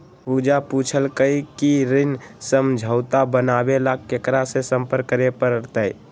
पूजा पूछल कई की ऋण समझौता बनावे ला केकरा से संपर्क करे पर तय?